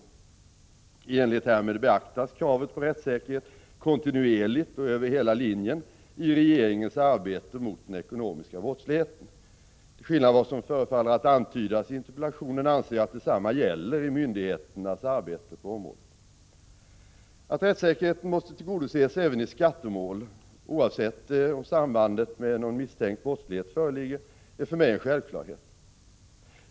I enlighet härmed beaktas kravet på rättssäkerhet kontinuerligt och över hela linjen i regeringens arbete mot den ekonomiska brottsligheten. Till skillnad från vad som förefaller att antydas i interpellationen anser jag att detsamma gäller i myndigheternas arbete på området. Att rättssäkerheten måste tillgodoses även i skattemål, oavsett om samband med någon misstänkt brottslighet föreligger, är för mig en självklarhet.